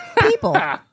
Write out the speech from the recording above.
People